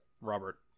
Robert